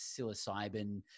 psilocybin